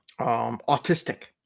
Autistic